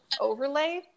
overlay